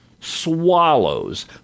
swallows